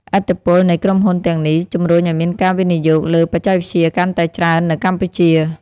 ឥទ្ធិពលនៃក្រុមហ៊ុនទាំងនេះ ជំរុញឱ្យមានការវិនិយោគលើបច្ចេកវិទ្យាកាន់តែច្រើននៅកម្ពុជា។